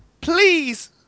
please